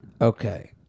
Okay